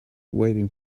waiting